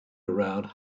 around